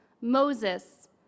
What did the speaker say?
moses